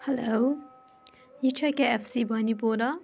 hello یہِ چھا K F C بانڈی پورہ